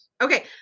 Okay